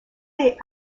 est